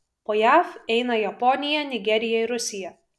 po jav eina japonija nigerija ir rusija